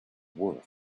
worth